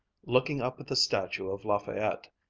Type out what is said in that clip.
looking up at the statue of lafayette,